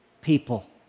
people